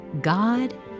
God